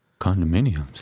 condominiums